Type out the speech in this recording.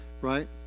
right